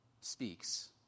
speaks